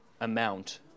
amount